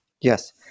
Yes